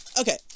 Okay